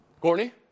Courtney